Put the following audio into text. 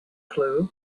clue